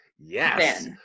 Yes